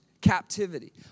captivity